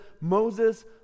Moses